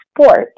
sport